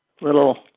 little